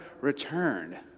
returned